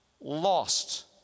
lost